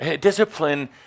Discipline